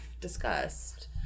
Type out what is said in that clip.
discussed